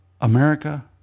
America